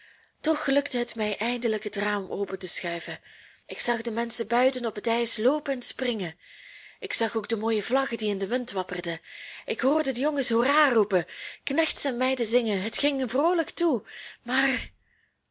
toch gelukte het mij eindelijk het raam open te schuiven ik zag de menschen buiten op het ijs loopen en springen ik zag ook de mooie vlaggen die in den wind wapperden ik hoorde de jongens hoera roepen knechts en meiden zingen het ging vroolijk toe maar die